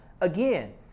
again